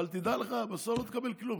אבל תדע לך שבסוף לא תקבל כלום,